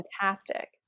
fantastic